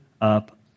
up